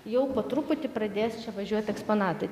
jau po truputį pradės čia važiuoti eksponatai